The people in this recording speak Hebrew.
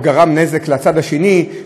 או גרם נזק לצד שני,